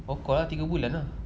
tiga bulan lah